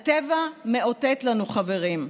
הטבע מאותת לנו, חברים,